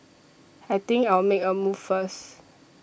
I think I'll make a move first